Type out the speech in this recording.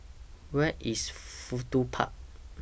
Where IS Fudu Park